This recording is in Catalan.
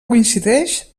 coincideix